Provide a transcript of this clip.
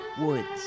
woods